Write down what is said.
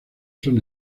son